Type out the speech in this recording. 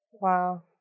Wow